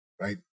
right